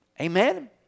Amen